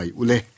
ule